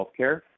healthcare